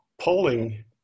Polling